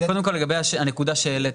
קודם כל לגבי הנקודה שהעלית,